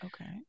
Okay